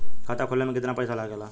खाता खोले में कितना पैसा लगेला?